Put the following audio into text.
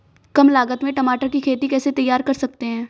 कम लागत में टमाटर की खेती कैसे तैयार कर सकते हैं?